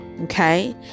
okay